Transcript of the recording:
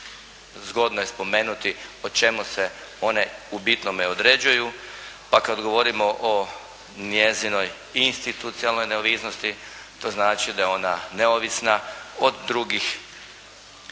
zgodno je spomenuti u čemu se one u bitnome određuju. Pa kada govorimo o njezinom institucionalnoj neovisnosti, to znači da je ona neovisna od drugih institucija